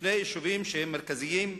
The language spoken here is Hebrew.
שני יישובים שהם מרכזיים.